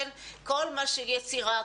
כן יצירה,